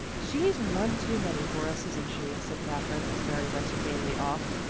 she's one too many for us, isn't she? said katherine, as mary went gaily off,